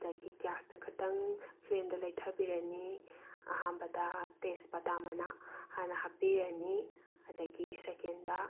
ꯑꯗꯒꯤ ꯒ꯭ꯌꯥꯁꯇ ꯈꯛꯇꯪ ꯐ꯭ꯂꯦꯝꯗꯣ ꯂꯩꯊꯕꯤꯔꯅꯤ ꯑꯍꯥꯟꯕꯗ ꯇꯦꯖꯕꯇꯥ ꯃꯅꯥ ꯍꯥꯟꯅ ꯍꯥꯞꯄꯤꯔꯅꯤ ꯑꯗꯒꯤ ꯁꯦꯀꯦꯟꯗ